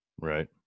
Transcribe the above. right